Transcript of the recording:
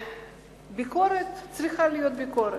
ביקורת, צריכה להיות ביקורת.